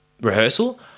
rehearsal